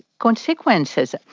consequences,